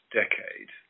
decade